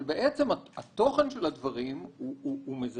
אבל התוכן של הדברים מזעזע.